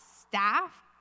staff